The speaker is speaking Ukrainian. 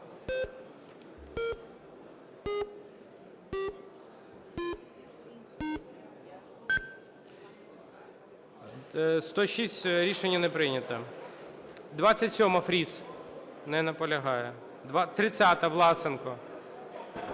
106. Рішення не прийнято. 27-а, Фріс. Не наполягає. 30-а, Власенко.